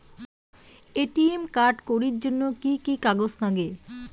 ATM card করির জন্যে কি কি কাগজ নাগে?